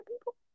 people